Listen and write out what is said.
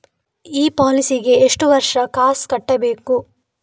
ಈ ಪಾಲಿಸಿಗೆ ಎಷ್ಟು ವರ್ಷ ಕಾಸ್ ಕಟ್ಟಬೇಕು?